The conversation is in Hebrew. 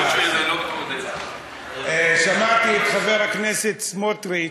סמוטריץ זה לא כמו, שמעתי את חבר הכנסת סמוטריץ,